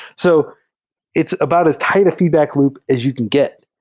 so it's about as tight a feedback loop as you can get,